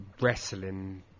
wrestling